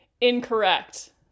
Incorrect